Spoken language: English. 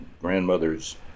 grandmother's